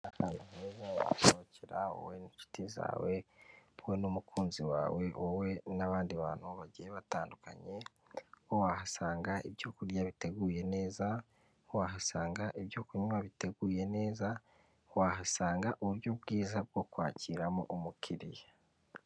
Aho wasohokera wowe n'inshuti zawe, wowe n'umukunzi wawe, wowe n'abandi bantu bagiye batandukanye, wahasanga ibyo kurya biteguye neza, wahasanga ibyo kunywa biteguye neza, wahasanga uburyo bwiza bwo kwakiramo umukiriya.